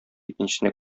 икенчесенә